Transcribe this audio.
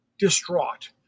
Distraught